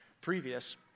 previous